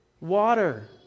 water